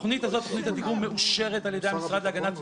תוכנית הדיגום הזאת מאושרת על ידי המשרד להגנת הסביבה,